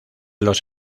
los